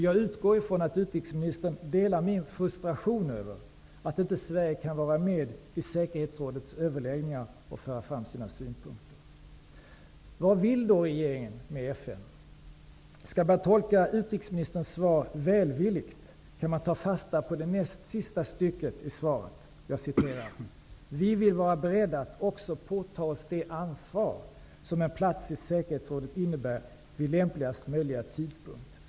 Jag utgår från att utrikesministern delar min frustration över att Sverige inte kan vara med i säkerhetsrådets överläggningar och föra fram sina synpunkter. Vad vill då regeringen med FN? Om man skall tolka utrikesministerns svar välvilligt, kan man ta fasta på vad hon säger i slutet av sitt svar: ''Vi vill därför vara beredda att också påta oss det ansvar som en plats i säkerhetsrådet innebär, vid lämpligast möjliga tidpunkt.''